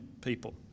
people